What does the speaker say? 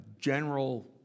general